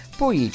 poi